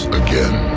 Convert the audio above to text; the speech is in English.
again